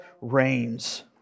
reigns